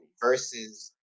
Versus